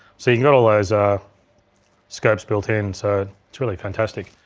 so you've got all those ah scopes built in so it's really fantastic.